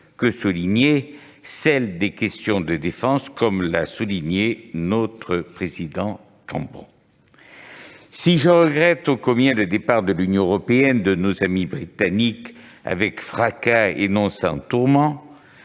que souligner : celle des questions de défense, comme l'a souligné Christian Cambon, son président. Si je regrette, ô combien, le départ de l'Union européenne de nos amis britanniques avec fracas et non sans tourments,